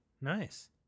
nice